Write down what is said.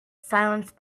silence